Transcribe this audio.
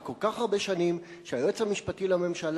אחרי כל כך הרבה שנים שהיועץ המשפטי לממשלה